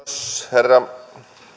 herra